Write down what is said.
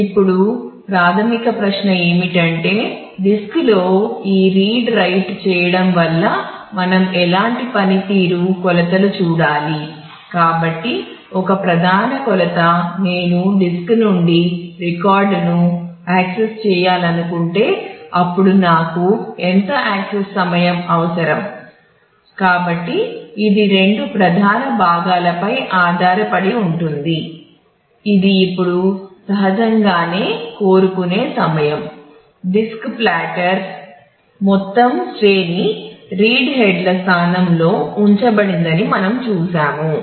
ఇప్పుడు ప్రాథమిక ప్రశ్న ఏమిటంటే డిస్క్ల స్థానంలో ఉంచబడిందని మనం చూశాము